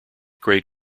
great